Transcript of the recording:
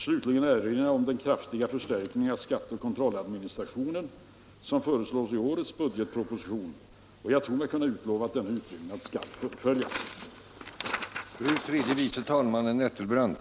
Slutligen erinrar jag om den kraftiga förstärkning av skatteoch kontrolladministrationen som föreslås i årets budgetproposition, och jag tror mig kunna utlova att denna utbyggnad skall fullföljas.